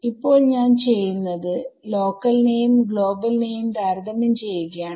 ഇപ്പോൾ ഞാൻ ചെയ്യുന്നത് ലോക്കൽ നെയും ഗ്ലോബൽ നെയും താരതമ്യം ചെയ്യുകയാണ്